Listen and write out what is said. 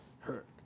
hurt